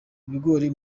ibigori